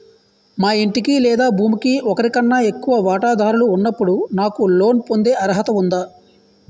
మా ఇంటికి లేదా భూమికి ఒకరికన్నా ఎక్కువ వాటాదారులు ఉన్నప్పుడు నాకు లోన్ పొందే అర్హత ఉందా?